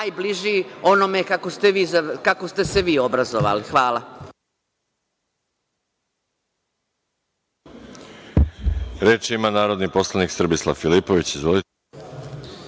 najbliži onome kako ste se vi obrazovali. Hvala.